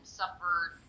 suffered